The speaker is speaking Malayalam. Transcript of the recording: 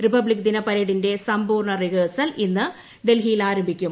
റിപ്പബ്ലിക് ദിന പരേഡിന്റെ സമ്പൂർണ്ണ റിഹേഴ്സൽ ഇന്ന് ഡൽഹിയിൽ ആരംഭിക്കും